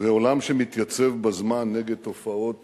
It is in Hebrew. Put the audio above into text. ועולם שמתייצב בזמן נגד תופעות